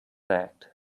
act